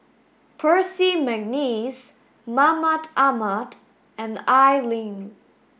Percy McNeice Mahmud Ahmad and Al Lim